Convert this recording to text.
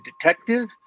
detective